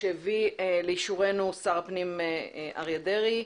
שהביא לאישורנו שר הפנים אריה דרעי.